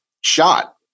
shot